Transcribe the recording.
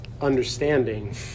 understanding